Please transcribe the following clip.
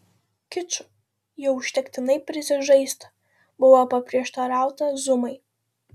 kiču jau užtektinai prisižaista buvo paprieštarauta zumai